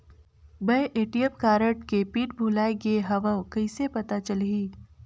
मैं ATM card के PIN भुलाए गे हववं कइसे पता चलही?